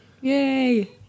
Yay